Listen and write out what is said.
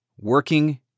working